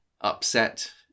upset